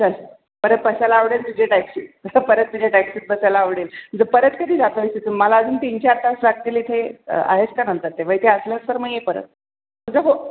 चल परत बसायला आवडेल तुझ्या टॅक्सित परत तुझ्या टॅक्सित बसायला आवडेल परत कधी जातो आहेस इथून मला अजून तीनचार तास लागतील इथे आहेस का नंतर तेव्हा तिथे असलास तर मग ये परत तुझा फोन